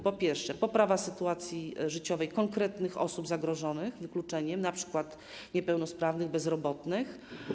Po pierwsze, poprawa sytuacji życiowej konkretnych osób zagrożonych wykluczeniem, np. niepełnosprawnych, bezrobotnych.